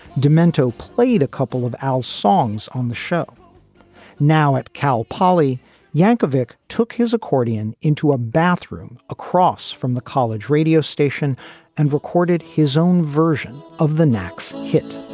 demento played a couple of al songs on the show now at cal poly yankovic, took his accordion into a bathroom across from the college radio station and recorded his own version of the nacs hit